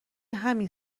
همین